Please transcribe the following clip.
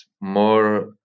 more